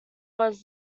was